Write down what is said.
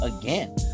again